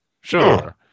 sure